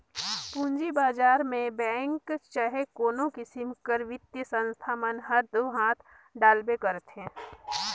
पूंजी बजार में बेंक चहे कोनो किसिम कर बित्तीय संस्था मन हर दो हांथ डालबे करथे